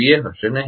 એ હશે નહીં